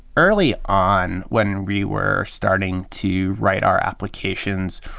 early on, when we were starting to write our applications,